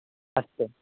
अस्तु